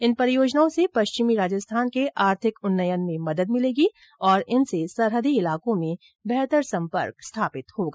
इन परियोजनाओं से पश्चिमी राजस्थान के आर्थिक उन्नयन में मदद मिलेगी और इनसे सरहदी इलाकों में बेहतर संपर्क स्थापित होगा